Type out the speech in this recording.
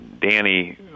Danny